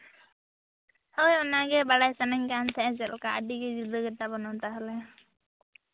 ᱟᱫᱚ ᱚᱱᱟᱜᱮ ᱵᱟᱲᱟᱭ ᱥᱟᱱᱟᱧ ᱠᱟᱱ ᱛᱟᱦᱮᱸᱫ ᱪᱮᱫ ᱞᱮᱠᱟ ᱟᱹᱰᱤᱜᱮ ᱡᱩᱫᱟᱹ ᱜᱮᱛᱟ ᱵᱚᱱᱟ ᱛᱟᱦᱞᱮ